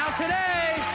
today,